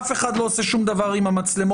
אף אחד לא עושה שום דבר עם המצלמות,